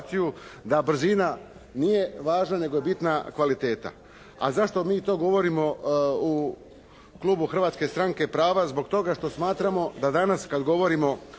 da brzina nije važna nego je bitna kvaliteta. A zašto mi to govorimo u klubu Hrvatske stranke prava? Zbog toga što smatramo da danas kad govorimo